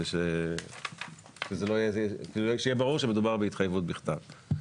שיהיה ברור שמדובר בהתחייבות בכתב.